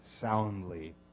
soundly